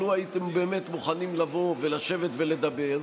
לו הייתם באמת מוכנים לבוא ולשבת ולדבר,